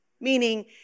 meaning